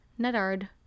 Nedard